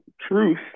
truth